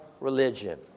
religion